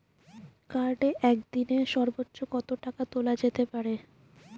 কার্ডে একদিনে সর্বোচ্চ কত টাকা তোলা যেতে পারে?